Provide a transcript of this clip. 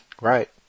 Right